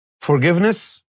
Forgiveness